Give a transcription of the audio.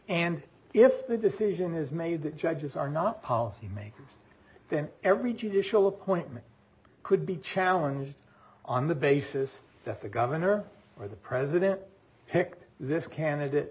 and if the decision is made that judges are not policy makers then every judicial appointment could be challenged on the basis that the governor or the president picked this candidate